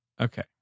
okay